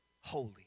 holy